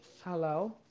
Hello